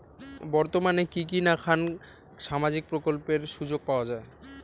বর্তমানে কি কি নাখান সামাজিক প্রকল্পের সুযোগ পাওয়া যায়?